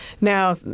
Now